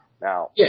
Now